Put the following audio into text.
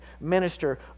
minister